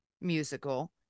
musical